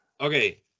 okay